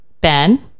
ben